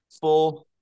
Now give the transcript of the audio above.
Four